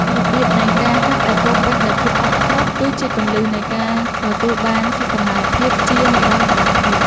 របៀបនៃការហាត់ដែលពោរពេញដោយភាពអត់ធ្មត់ គឺជាគន្លឹះនៃការទទួលបានសុខុមាលភាពជានិរន្តរភាព។